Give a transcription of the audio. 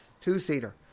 two-seater